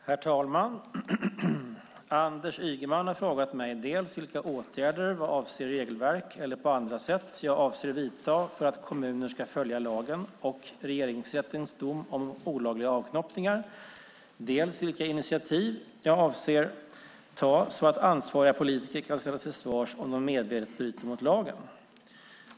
Herr talman! Anders Ygeman har frågat mig dels vilka åtgärder, vad avser regelverk eller på andra sätt, jag avser att vidta för att kommuner ska följa lagen och Regeringsrättens dom om olagliga avknoppningar, dels vilka initiativ jag avser att ta så att ansvariga politiker kan ställas till svars om de medvetet bryter mot lagen.